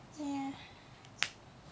ya